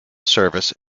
service